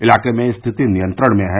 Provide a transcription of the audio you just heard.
इलाके में स्थिति नियंत्रण में है